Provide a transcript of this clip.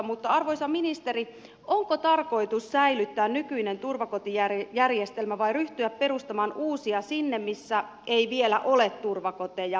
mutta arvoisa ministeri onko tarkoitus säilyttää nykyinen turvakotijärjestelmä vai ryhtyä perustamaan uusia sinne missä ei vielä ole turvakoteja